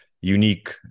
unique